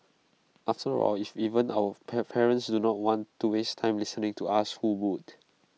after all if even our parents do not want to waste time listening to us who would